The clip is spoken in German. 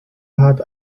hat